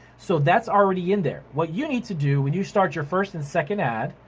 so that's already in there. what you need to do when you start your first and second ad,